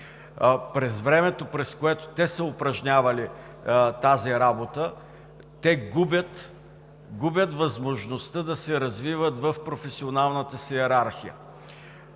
През времето, през което те са упражнявали тази работа, губят възможността да се развиват в професионалната си йерархия.